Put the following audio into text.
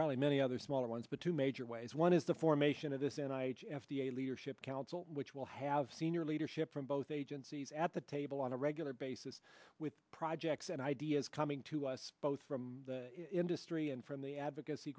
probably many other smaller ones but two major ways one is the formation of this and i f d a leadership council which will have senior leadership from both agencies at the table on a regular basis with projects and ideas coming to us both from the industry and from the advocacy